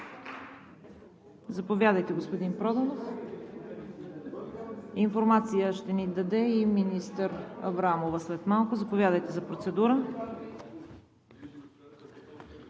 Заповядайте, господин Проданов. Информация ще ни даде и министър Аврамова след малко. Заповядайте за процедура.